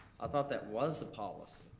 i thought that was the policy.